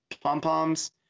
pom-poms